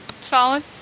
Solid